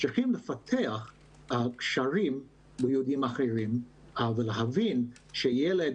צריכים לפתח קשרים עם יהודים אחרים ולהבין שלילד